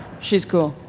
she's cool.